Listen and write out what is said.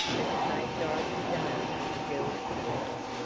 that had made dorothy dale the girl she was,